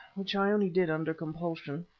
which i only did under compulsion.